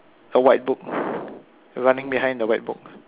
a white book running behind the white book